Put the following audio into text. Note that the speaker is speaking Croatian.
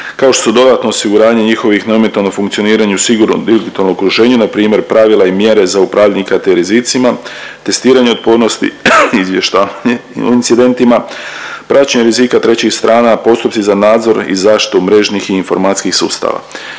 kao što su dodatno osiguranje njihovih neometano funkcioniranje u sigurnom digitalnom okruženju npr. pravila i mjere za upravljanje IKT rizicima, testiranje otpornosti, izvještavanje o incidentima, praćenje rizika trećih strana, postupci za nadzor i zaštitu mrežnih i informacijskih sustava.